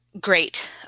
Great